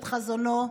את חזונו,